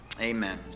amen